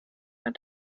man